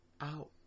out